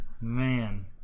Man